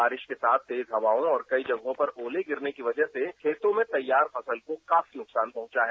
बारिश के साथ तेज हवाओ और कई जगहो पर ओले गिरने की वजह से खेतों में तैयार फसल को काफी नुकसान पहुंचा है